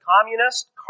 communist